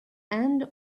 end